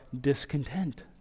discontent